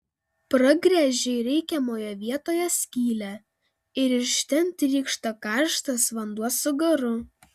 pragręžei reikiamoje vietoje skylę ir iš ten trykšta karštas vanduo su garu